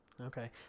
Okay